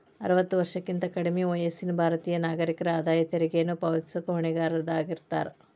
ಅರವತ್ತ ವರ್ಷಕ್ಕಿಂತ ಕಡ್ಮಿ ವಯಸ್ಸಿನ ಭಾರತೇಯ ನಾಗರಿಕರ ಆದಾಯ ತೆರಿಗೆಯನ್ನ ಪಾವತಿಸಕ ಹೊಣೆಗಾರರಾಗಿರ್ತಾರ